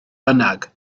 bynnag